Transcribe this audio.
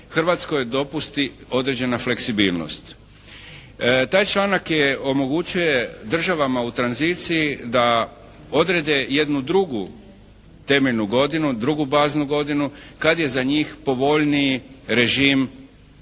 Hrvatskoj dopusti određena fleksibilnost. Taj članak omogućuje državama u tranziciji da odrede jednu drugu temeljnu godinu, drugu baznu godinu kad je za njih povoljniji režim emisija